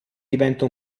diventa